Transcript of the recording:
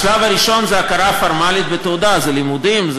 השלב הראשון זה הכרה פורמלית בתעודה, זה לימודים.